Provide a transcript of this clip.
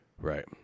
Right